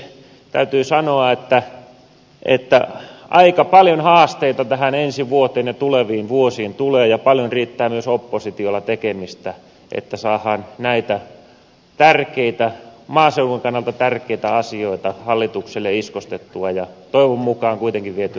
täytyy sanoa että aika paljon haasteita ensi vuoteen ja tuleviin vuosiin tulee ja paljon riittää myös oppositiolla tekemistä että saadaan näitä maaseudun kannalta tärkeitä asioita hallitukselle iskostettua ja toivon mukaan kuitenkin vietyä parempaan suuntaan